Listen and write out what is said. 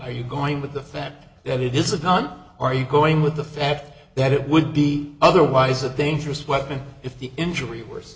are you going with the fact that it is a gun are you going with the fact that it would be otherwise a dangerous weapon if the injury worse